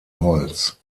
holz